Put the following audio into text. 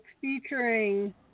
featuring